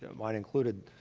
ah mine included,